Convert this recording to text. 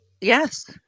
Yes